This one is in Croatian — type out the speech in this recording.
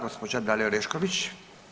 Gđa. Dalija Orešković.